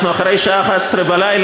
אנחנו אחרי השעה 23:00,